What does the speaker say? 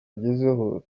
agezeho